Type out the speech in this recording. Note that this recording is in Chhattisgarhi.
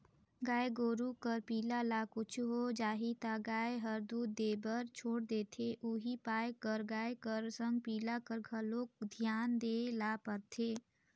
गाय गोरु कर पिला ल कुछु हो जाही त गाय हर दूद देबर छोड़ा देथे उहीं पाय कर गाय कर संग पिला कर घलोक धियान देय ल परथे